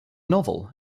novel